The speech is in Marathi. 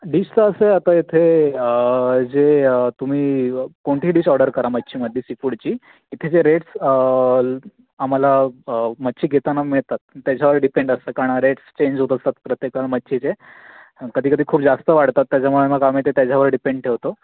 डिशचं असं आहे आता इथे जे तुम्ही कोणतीही डिश ऑर्डर करा मच्छीमध्ये सीफूडची इथे जे रेट्स आम्हाला मच्छी घेताना मिळतात त्याच्यावर डिपेंड असतं कारण रेट्स चेंज होत असतात प्रत्येक वेळला मच्छीचे कधीकधी खूप जास्त वाढतात त्याच्यामुळे मग आम्ही ते त्याच्यावर डिपेंड ठेवतो